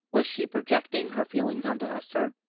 was she projecting her feelings onto esther?